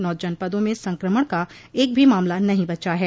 नौ जनपदों में संक्रमण का एक भी मामला नहीं बचा है